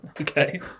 Okay